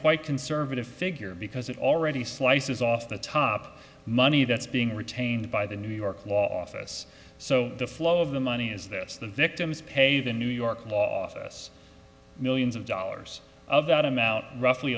quite conservative figure because it already slices off the top money that's being retained by the new york law office so the flow of the money is this the victims pay the new york law s millions of dollars of that amount roughly